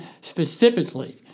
specifically